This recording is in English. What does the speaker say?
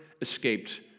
escaped